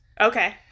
Okay